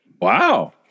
Wow